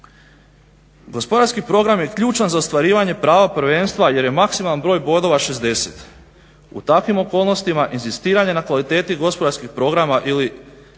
Gospodarski program je ključan za ostvarivanje prava prvenstva jer je maksimalan broj bodova 60. U takvim okolnostima inzistiranje na kvaliteti gospodarskih programa ili